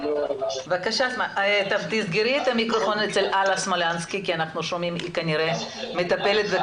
כי אנחנו לא משתכרות כלום' החברות